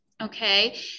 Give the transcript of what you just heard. Okay